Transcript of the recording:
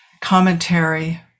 commentary